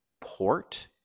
port